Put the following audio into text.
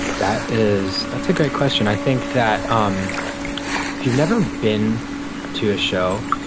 that is that's a great question. i think that um if you've never been to a show,